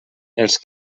els